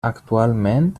actualment